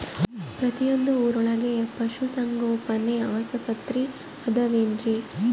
ಪ್ರತಿಯೊಂದು ಊರೊಳಗೆ ಪಶುಸಂಗೋಪನೆ ಆಸ್ಪತ್ರೆ ಅದವೇನ್ರಿ?